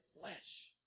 flesh